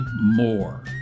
more